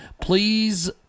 Please